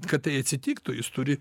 kad tai atsitiktų jis turi